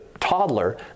toddler